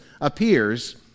appears